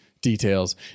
details